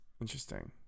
Interesting